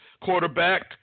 quarterback